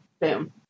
boom